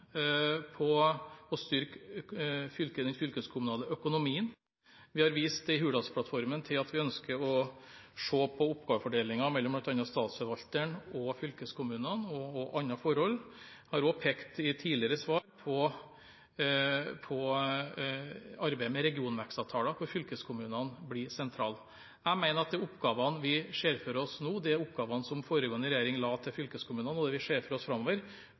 på å styrke den fylkeskommunale økonomien. Vi har i Hurdalsplattformen vist til at vi ønsker å se på oppgavefordelingen mellom bl.a. statsforvalteren og fylkeskommunene, og også på andre forhold. Jeg har også i tidligere svar pekt på at arbeidet med regionvekstavtaler for fylkeskommunene blir sentralt. Jeg mener at de oppgavene vi ser for oss nå, de oppgavene foregående regjering la til fylkeskommunene, og det vi ser for oss framover,